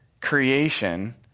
creation